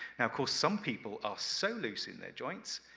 of course some people are so loose in their joints,